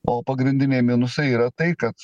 o pagrindiniai minusai yra tai kad